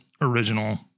original